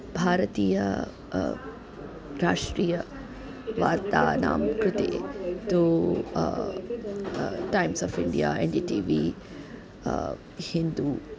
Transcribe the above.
भारतीया राष्ट्रीयवार्तानां कृते तू times of India N D T V Hindu